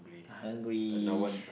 I hungry